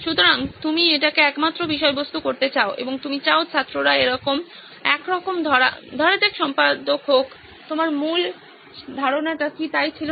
সুতরাং তুমি এটিকে একমাত্র বিষয়বস্তু করতে চাও এবং তুমি চাও ছাত্ররা একরকম ধরা যাক সম্পাদক হোক তোমার মূল ধারণাটি কি তাই ছিল না